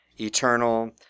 eternal